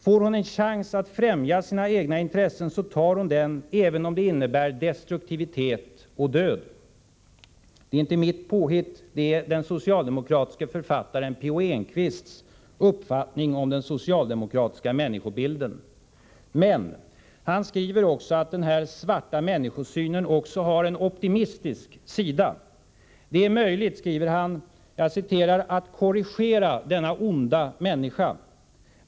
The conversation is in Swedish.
Får hon en chans att främja sina egna intressen tar hon den, även om det innebär destruktivitet, och död.” Det är inte min formulering, utan det är den socialdemokratiske författaren P. O. Enqvists uppfattning om den socialdemokratiska människobilden. Men P. O. Enqvist skriver också att denna svarta människosyn även har en optimistisk sida. Det är möjligt, skriver han, ”att korrigera denna onda människa”.